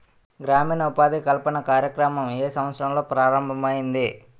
గ్రామీణ ఉపాధి కల్పన కార్యక్రమం ఏ సంవత్సరంలో ప్రారంభం ఐయ్యింది?